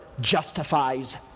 justifies